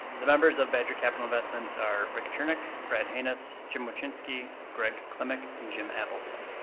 the members of badger capital investments are rick churnick, brad hayness, jim wachinski, greg klemmick, and jim appleton.